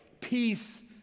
peace